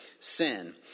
Sin